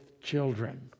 children